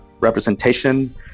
representation